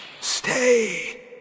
stay